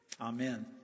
Amen